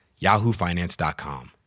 yahoofinance.com